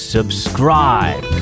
Subscribe